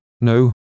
no